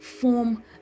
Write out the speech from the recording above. form